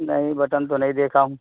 نہیں بٹن تو نہیں دیکھا ہوں